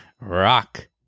Rock